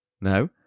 No